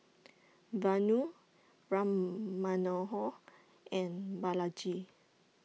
Vanu Ram Manohar and Balaji